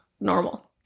normal